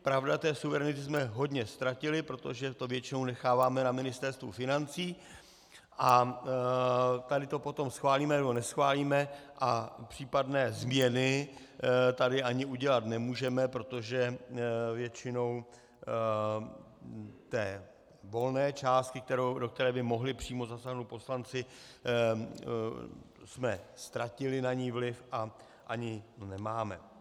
Pravda, té suverenity jsme hodně ztratili, protože to většinou necháváme na Ministerstvu financí a tady to potom schválíme nebo neschválíme a případné změny tady ani udělat nemůžeme, protože většinou té volné části, do které by mohli přímo zasáhnout poslanci, jsme ztratili na ni vliv a ani nemáme.